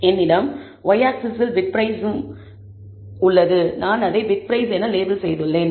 என்னிடம் y ஆக்ஸிஸ்ஸில் bid price உள்ளது நான் அதை பிட் பிரைஸ் என லேபிள் செய்துள்ளேன்